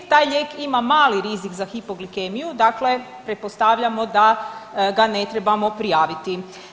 Taj lijek ima mali rizik za hipoglikemiju, dakle pretpostavljamo da ga ne trebamo prijaviti.